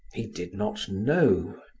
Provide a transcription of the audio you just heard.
he did not know.